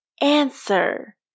answer